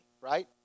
right